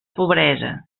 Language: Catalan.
pobresa